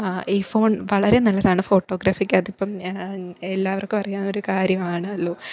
I phone വളരെ നല്ലതാണ് ഫോട്ടോഗ്രഫിക്ക് അകത്തിപ്പം എല്ലാവർക്കും അറിയാവുന്ന ഒരു കാര്യമാണല്ലോ